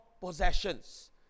possessions